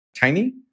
tiny